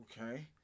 Okay